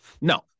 No